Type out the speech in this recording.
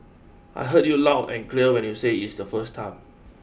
I heard you loud and clear when you said it's first time